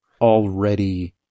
already